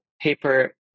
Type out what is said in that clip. paper